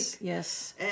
Yes